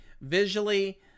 Visually